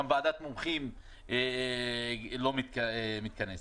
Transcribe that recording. גם ועדת מומחים לא מתכנסת.